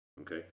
okay